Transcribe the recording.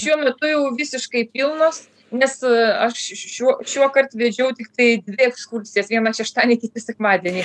šiuo metu jau visiškai pilnos nes aš šiuo šiuokart vedžiau tiktai dvi ekskursijas vieną šeštadienį kitą sekmadienį